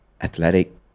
athletic